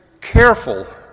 careful